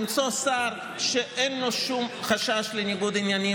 למצוא שר שאין לו שום חשש לניגוד עניינים